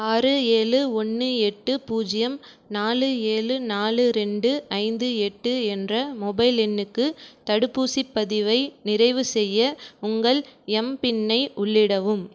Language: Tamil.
ஆறு ஏழு ஒன்று எட்டு பூஜ்ஜியம் நாலு ஏழு நாலு ரெண்டு ஐந்து எட்டு என்ற மொபைல் எண்ணுக்கு தடுப்பூசிப் பதிவை நிறைவுசெய்ய உங்கள் எம்பின்ஐ உள்ளிடவும்